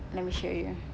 let me show you